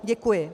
Děkuji.